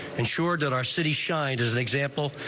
and sure that our city shined as an example.